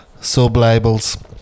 sub-labels